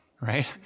right